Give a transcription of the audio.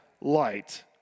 light